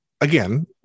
again